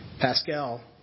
Pascal